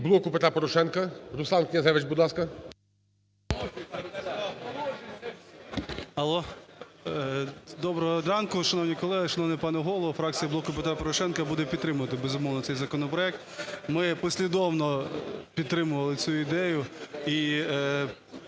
"Блоку Петра Порошенка", Руслан Князевич. Будь ласка. 10:42:47 КНЯЗЕВИЧ Р.П. Доброго ранку, шановні колеги, шановний пане Голово. Фракція "Блоку Петра Порошенка" буде підтримувати, безумовно, цей законопроект. Ми послідовно підтримували цю ідею, і